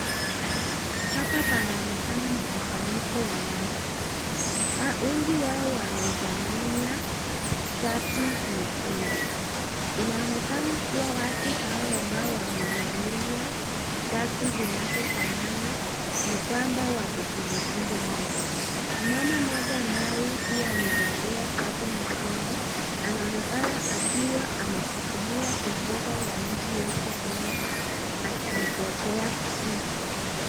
Hapa panaonekana mkusanyiko wa watu, wengi wao wamevalia shati nyekundu. Inaonekana kuwa watu hao ambao wamevalia shati zinazofanana ni kwamba wako kwenye kundi moja. Mama mmoja ambaye pia amevalia shati nyekundu, anaonekana akiwa ameshikilia bendera ya nchi yetu Kenya akiipepea juu.